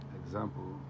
example